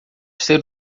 ser